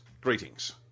greetings